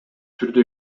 түрдө